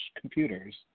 computers